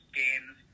games